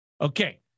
Okay